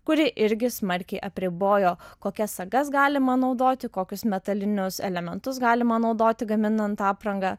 kuri irgi smarkiai apribojo kokias sagas galima naudoti kokius metalinius elementus galima naudoti gaminant aprangą